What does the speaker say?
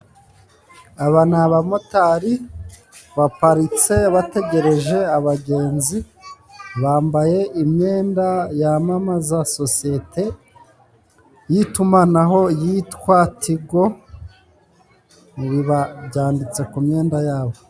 Aba ni abamotari baparitse bategereje abagenzi. Bambaye imyenda yamamaza sosiyete y'itumanaho yitwa tigo. Biba byanditse ku myenda yabo.